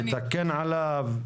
לתקן עליו?